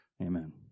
amen